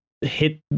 hit